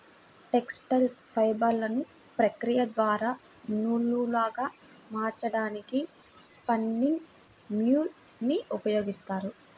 textile ఫైబర్లను ప్రక్రియ ద్వారా నూలులాగా మార్చడానికి స్పిన్నింగ్ మ్యూల్ ని ఉపయోగిస్తారు